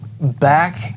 back